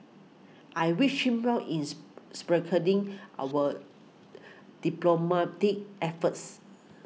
I wish him well is spearheading our diplomatic efforts